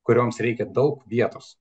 kurioms reikia daug vietos